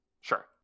Sure